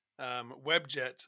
Webjet